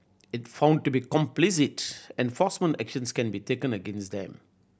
if found to be complicit enforcement actions can be taken against them